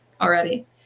already